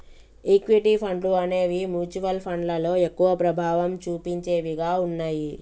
equity ఫండ్లు అనేవి mutual ఫండ్లలో ఎక్కువ ప్రభావం చుపించేవిగా ఉన్నయ్యి